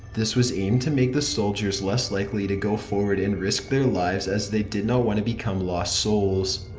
this was aimed to make the soldiers' less likely to go forward and risk their lives as they did not want to become lost souls.